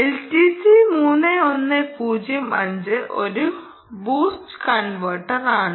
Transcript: LTC 3105 ഒരു boost കൺവെർട്ടറാണ്